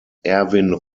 erwin